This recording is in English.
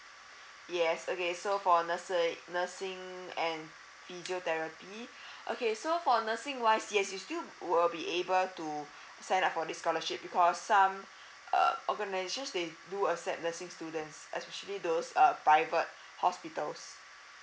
yes okay so for nursi~ nursing and physiotherapy okay so for nursing wise yes you still will be able to sign up for this scholarship because some uh organisations they do accept nursing students especially those uh private hospitals